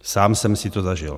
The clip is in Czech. Sám jsem si to zažil.